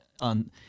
on